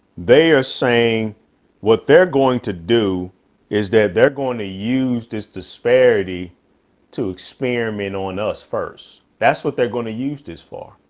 they are saying what they're going to do is that they're going to use this disparity to experiment on us first. that's what they're going to use this far